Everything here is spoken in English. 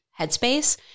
headspace